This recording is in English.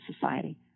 society